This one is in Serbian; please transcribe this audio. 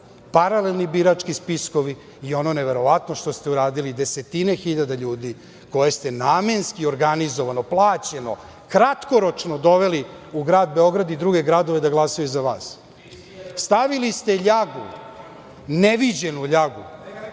Paralelni birački spiskovi i ono neverovatno, što ste uradili desetine hiljada ljudi koje ste namenski, organizovano, plaćeno, kratkoročno doveli u Grad Beograd i druge gradove da glasaju za vas. Stavili ste ljagu, neviđenu ljagu